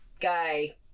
guy